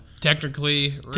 technically